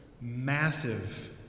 massive